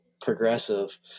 progressive